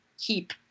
heap